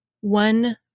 One